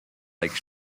lake